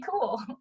cool